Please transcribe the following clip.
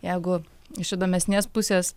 jeigu iš įdomesnės pusės